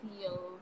feel